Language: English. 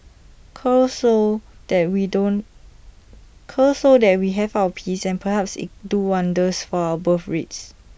cull so that we don't cull so that we have our peace and perhaps it'll do wonders for our birthrate